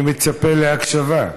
אני מצפה להקשבה.